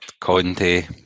Conte